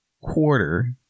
quarter